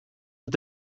het